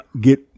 get